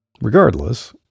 regardless